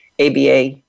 ABA